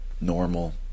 Normal